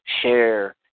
share